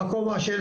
בקומה של